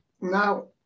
Now